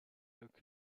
leuk